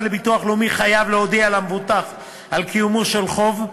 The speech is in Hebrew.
לביטוח לאומי חייב להודיע למבוטח על קיומו של חוב,